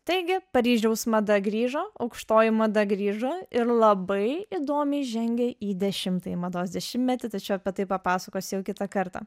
taigi paryžiaus mada grįžo aukštoji mada grįžo ir labai įdomiai žengė į dešimtąjį mados dešimtmetį tačiau apie tai papasakosiu jau kitą kartą